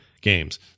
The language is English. Games